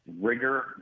rigor